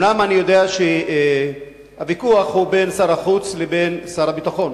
אומנם אני יודע שהוויכוח הוא בין שר החוץ לבין שר הביטחון.